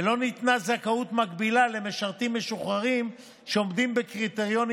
ולא ניתנה זכאות מקבילה למשרתים משוחררים שעומדים בקריטריונים